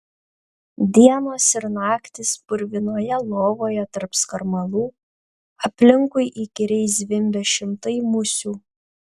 dienos ir naktys purvinoje lovoje tarp skarmalų aplinkui įkyriai zvimbia šimtai musių